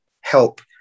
help